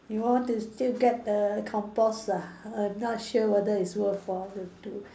you want to still get the compost ah I'm not sure whether if it's worthwhile to do